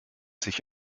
sich